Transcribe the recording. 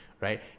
right